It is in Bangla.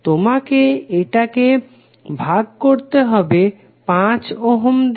তোমাকে এটাকে ভাগ করতে হবে 5 ওহম দিয়ে